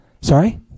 Sorry